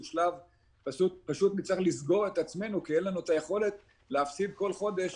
שלב פשוט נצטרך לסגור את עצמנו כי אין לנו את היכולת להפסיד כל חודש